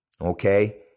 okay